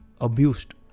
abused